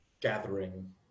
gathering